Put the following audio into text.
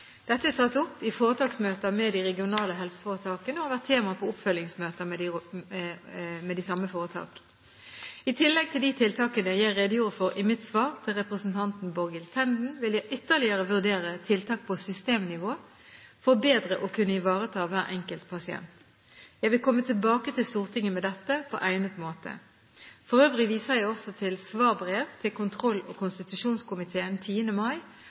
Dette er tatt opp i foretaksmøter med de regionale helseforetakene, og har vært tema på oppfølgingsmøter med de samme foretak. I tillegg til de tiltakene jeg redegjorde for i mitt svar til representanten Borghild Tenden, vil jeg vurdere ytterligere tiltak på systemnivå for bedre å kunne ivareta hver enkelt pasient. Jeg vil komme tilbake til Stortinget med dette på egnet måte. For øvrig viser jeg til svarbrev til kontroll- og konstitusjonskomiteen 10. mai